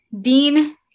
Dean